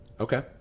Okay